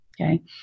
Okay